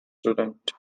student